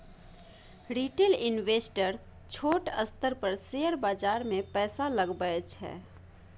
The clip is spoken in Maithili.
रिटेल इंवेस्टर छोट स्तर पर शेयर बाजार मे पैसा लगबै छै